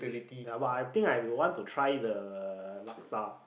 ya but I think I will want to try the Laksa